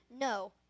No